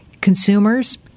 Consumers